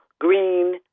green